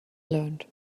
learned